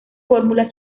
fórmula